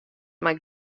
mei